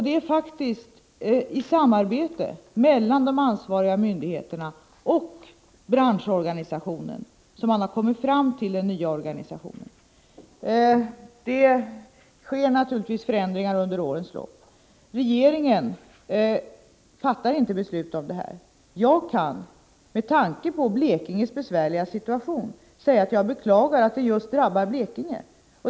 Det är faktiskt i samarbete mellan de ansvariga myndigheterna och branschorganisationen som man kommit fram till denna nya organisation. Det sker naturligtvis förändringar under årens lopp. Regeringen fattar inte beslut om detta. Jag kan, med tanke på Blekinges besvärliga situation, säga att jag beklagar att det just drabbar Blekinge.